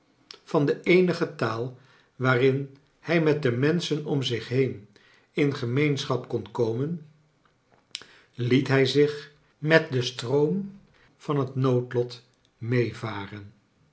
van de eenige taal r waarin hij met de menschen om zich heen in geme ens chap kon komen liet hij zich met den stroom van het noodlot meevaren